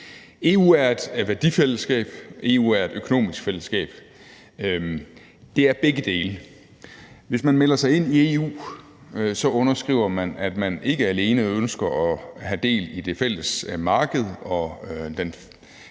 EU er et værdifællesskab, og EU er et økonomisk fællesskab. Det er begge dele. Hvis man melder sig ind i EU, skriver man under på, at man ikke alene ønsker at have del i det fælles marked og den fælles